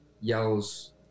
yells